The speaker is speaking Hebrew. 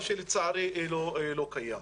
מה שלצערי לא קיים.